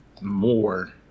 more